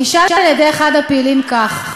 נשאל על-ידי אחד הפעילים כך: